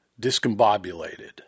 discombobulated